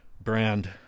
brand